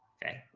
okay,